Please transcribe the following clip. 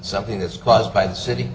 something that's caused by the city